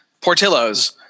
Portillo's